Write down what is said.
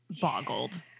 boggled